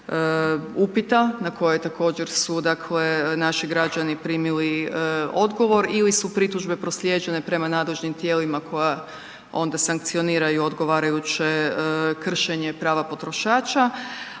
upita na koje je također su dakle naši građani primili odgovor ili su pritužbe proslijeđene prema nadležnim tijelima koja onda sankcioniraju odgovarajuće kršenje prava potrošača,